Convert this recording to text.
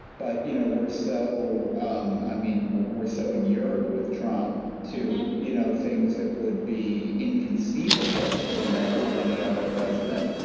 but you know we're so um i mean we're so in europe with traub to you know things that would be inconceivable when that with any other president.